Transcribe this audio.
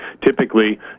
typically